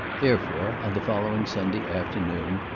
therefore, on the following sunday afternoon,